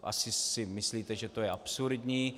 Asi si myslíte, že to je absurdní.